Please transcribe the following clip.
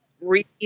read